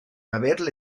haberle